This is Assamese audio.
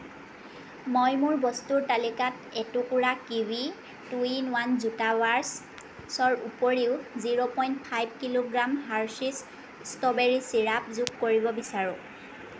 মই মোৰ বস্তুৰ তালিকাত এটুকুৰা কিৱি টু ইন ওৱান জোতা ব্ৰাছৰ উপৰিও zero point five kilogram Hershey's strawberry syrup যোগ কৰিব বিচাৰোঁ